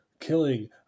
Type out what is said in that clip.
killing